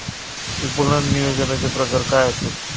विपणन नियोजनाचे प्रकार काय आसत?